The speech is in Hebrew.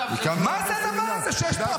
מה זה הדבר הזה שיש פה הפרדה?